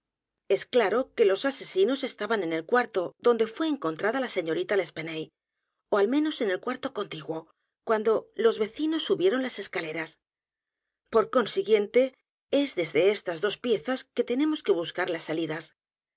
s claro que los asesinos estaban en el cuarto donde fué encontrada l a señorita l'espanaye ó al menos en el cuarto contiguo cuando los vecinos subieron las escaleras p o r consiguiente es desde estas dos piezas que tenemos que b u s c a r las salidas